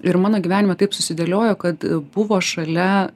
ir mano gyvenime taip susidėliojo kad buvo šalia